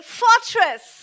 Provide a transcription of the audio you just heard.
fortress